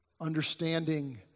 understanding